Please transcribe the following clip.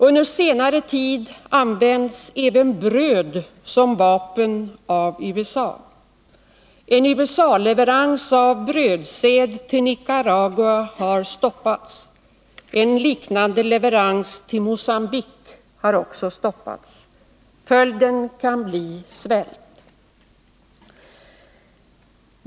Under senare tid har även bröd använts som vapen av USA. En USA-leverans av brödsäd till Nicaragua har stoppats, en liknande leverans till Mogambique har också stoppats. Följden kan bli svält.